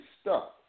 stuck